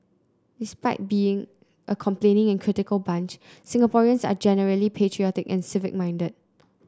despite being a complaining and critical bunch Singaporeans are generally patriotic and civic minded